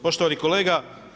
Poštovani kolega.